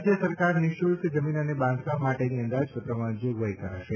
રાજય સરકાર નિઃશુલ્ક જમીન અને બાંધકામ માટેની અંદાજપત્રમાં જોગવાઇ કરશે